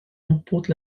importe